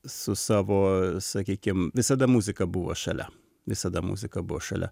su savo sakykim visada muzika buvo šalia visada muzika buvo šalia